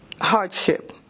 hardship